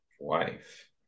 wife